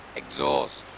exhaust